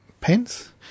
pence